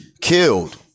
killed